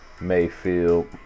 mayfield